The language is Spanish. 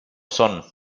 son